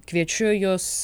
kviečiu jus